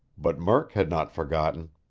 but murk had not forgotten.